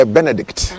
Benedict